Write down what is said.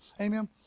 Amen